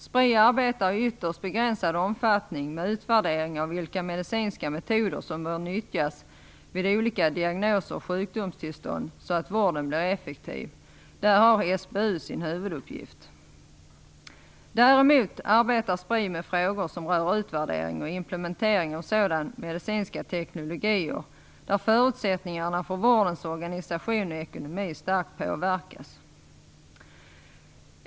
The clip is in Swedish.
Spri arbetar i ytterst begränsad omfattning med utvärdering av vilka medicinska metoder som bör nyttjas vid olika diagnoser och sjukdomstillstånd så att vården blir effektiv. Där har SBU sin huvuduppgift. Däremot arbetar Spri med frågor som rör utvärdering och implementering av sådana medicinska teknologier där förutsättningarna för vårdens organisation och ekonomi starkt påverkas.